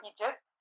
Egypt